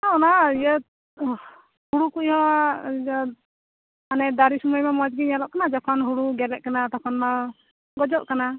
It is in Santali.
ᱟᱨ ᱚᱱᱟ ᱤᱭᱟᱹ ᱦᱩᱲᱩ ᱠᱚ ᱦᱚᱸ ᱢᱟᱱᱮ ᱫᱟᱨᱮ ᱥᱚᱢᱚᱭᱦᱚᱸ ᱢᱚᱡᱽ ᱜᱮ ᱧᱮᱞᱚᱜ ᱠᱟᱱᱟ ᱡᱚᱠᱷᱚᱱ ᱦᱩᱲᱩ ᱜᱮᱞᱮᱜ ᱠᱟᱱᱟ ᱛᱚᱠᱷᱚᱱᱢᱟ ᱜᱚᱡᱚᱜ ᱠᱟᱱᱟ